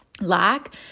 lack